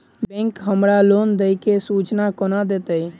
Bank हमरा loan देय केँ सूचना कोना देतय?